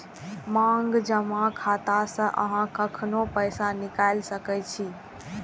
मांग जमा खाता सं अहां कखनो पैसा निकालि सकै छी